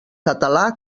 català